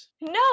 no